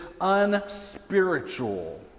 unspiritual